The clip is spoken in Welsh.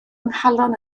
nghalon